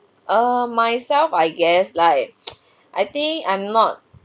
err myself I guess like I think I'm not